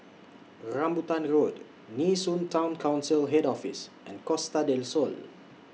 Rambutan Road Nee Soon Town Council Head Office and Costa Del Sol